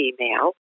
email